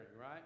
right